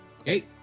Okay